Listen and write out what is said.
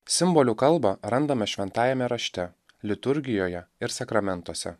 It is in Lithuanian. simbolių kalbą randame šventajame rašte liturgijoje ir sakramentuose